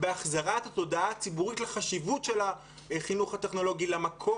בהחזרת התודעה הציבורית לחשיבות של החינוך הטכנולוגי למקום